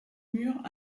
murs